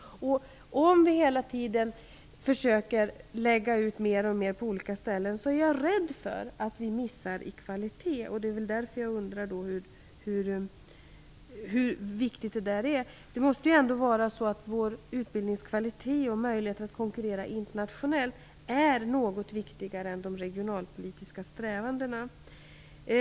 Om man hela tiden försöker att lägga ut mer och mer resurser på olika ställen är jag rädd att det uppstår brister i kvaliteten. Det är därför som jag undrar hur viktigt detta är. Vår utbildningskvalitet och våra möjligheter att konkurrera internationellt måste ju vara något viktigare än de regionalpolitiska strävandena.